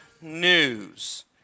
news